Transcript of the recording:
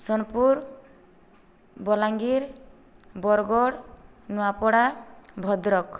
Sonepur Balangir Bargarh Nuapada Bhadrak